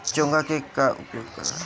चोंगा के का उपयोग बा?